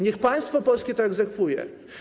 Niech państwo polskie to egzekwuje.